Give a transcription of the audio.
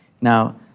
Now